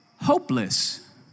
hopeless